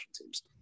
teams